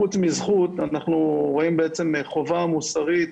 חוץ מזכות, אנחנו רואים בעצם חובה מוסרית,